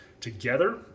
together